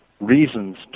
reasons